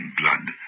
blood